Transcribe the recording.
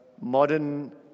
modern